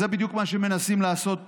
זה בדיוק מה שמנסים לעשות פה.